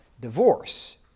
divorce